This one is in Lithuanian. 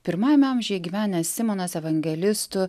pirmajame amžiuje gyvenęs simonas evangelistu